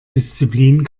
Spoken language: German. disziplin